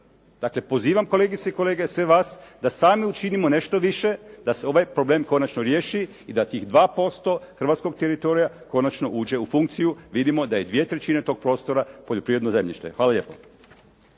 Dakle, pozivam kolegice i kolege sve vas da sami učinimo nešto više da se ovaj problem konačno riješi i da tih 2% hrvatskog teritorija konačno uđe u funkciju. Vidimo da je dvije trećine toga prostora poljoprivredno zemljište. Hvala lijepo.